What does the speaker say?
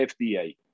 fda